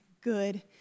good